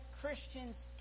Christians